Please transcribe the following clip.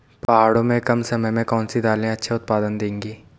पहाड़ों में कम समय में कौन सी दालें अच्छा उत्पादन देंगी?